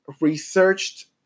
researched